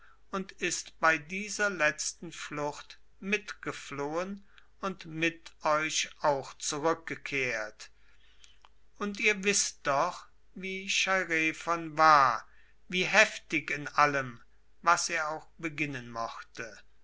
und ist bei dieser letzten flucht mit geflohen und mit euch auch zurückgekehrt und ihr wißt doch wie chairephon war wie heftig in allem was er auch beginnen mochte